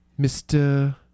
Mr